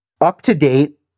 up-to-date